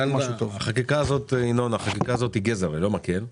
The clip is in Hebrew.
החקיקה הזאת היא גזר ולא מקל.